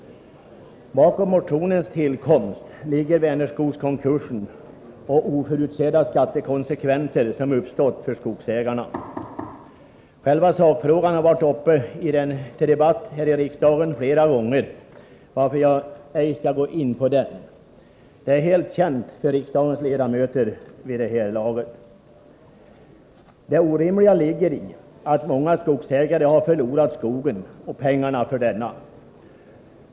Bakom motionens tillkomst ligger Vänerskogskonkursen och de oförutsedda skattekonsekvenser som uppstått för skogsägarna. Själva sakfrågan har varit uppe till debatt i riksdagen flera gånger, varför jag inte skall gå in på den. Vad som förevarit är vid det här laget helt känt för riksdagens ledamöter. Det orimliga ligger i att många skogsägare har förlorat skogen och pengarna för denna.